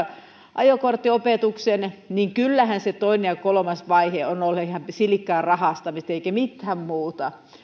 ajokorttiopetuksen niin kyllähän se toinen ja kolmas vaihe on ollut ihan silkkaa rahastamista eikä mitään muuta